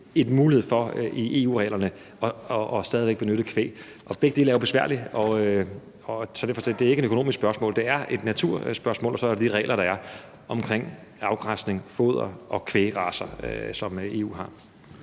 en mulighed for inden for EU-reglerne stadig væk at benytte kvæg. Begge dele er jo besværligt. Det er ikke et økonomisk spørgsmål; det er et naturspørgsmål. Og så er der de regler omkring afgræsning, foder og kvægracer, som EU har.